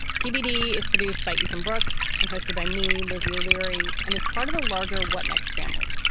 tbd is produced by ethan brooks and hosted by me, lizzie o'leary, and is part of the larger what next family.